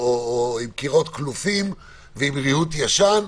עם קירות קלופים ועם ריהוט ישן,